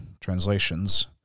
translations